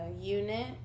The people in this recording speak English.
unit